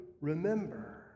remember